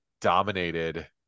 dominated